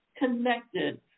Connected